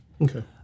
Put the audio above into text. Okay